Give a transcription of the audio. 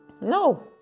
No